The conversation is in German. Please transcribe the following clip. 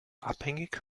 abhängig